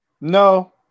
No